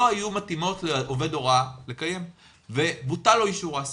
לא היו מתאימות לעובד הוראה ובוטל לו אישור ההעסקה.